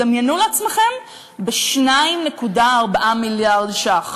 דמיינו לעצמכם ב-2.4 מיליארד ש"ח,